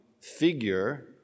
figure